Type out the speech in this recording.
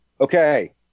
okay